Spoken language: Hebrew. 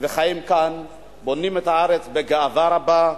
וחיים כאן, בונים את הארץ בגאווה רבה.